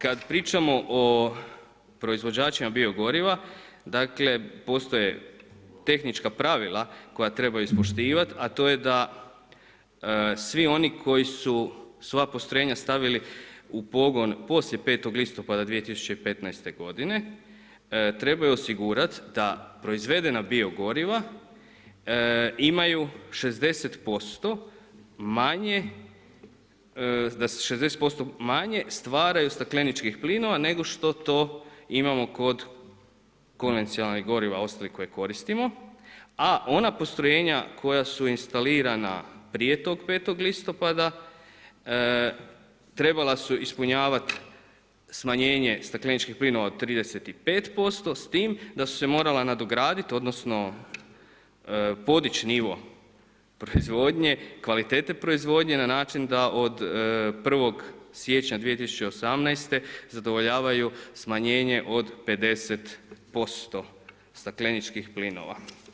Kada pričamo o proizvođačima bio goriva, dakle, postoje tehnička pravila koja treba ispoštivati, a to je da svi oni koji su svoja postrojenja stavili u pogon poslije 5.10.2015. g. trebaju osigurati da proizvedena bio goriva imaju 60% manje da se 60% manje stvaraju stakleničkih plinova, nego što to imamo kod konvecijalnih goriva, ostrel koje koristimo, a ona postrojenja koja su instalirana prije tog 5.10. trebala su ispunjavati smanjenje stakleničkih plinova od 35% s tim da su se morala nadograditi, odnosno, podići nivo proizvodnje, kvalitete proizvodnje, na način da od 1. siječnja 2018. zadovoljavaju smanjenje od 50% stakleničkih plinova.